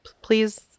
Please